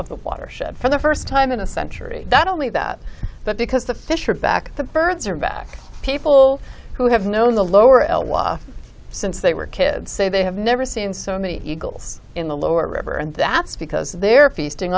the watershed for the first time in a century not only that but because the fish are back the birds are back people who have known the lower elwha since they were kids say they have never seen so many eagles in the lower river and that's because they're feasting